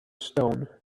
stone